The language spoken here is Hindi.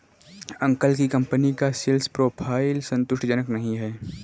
अंकल की कंपनी का सेल्स प्रोफाइल संतुष्टिजनक नही है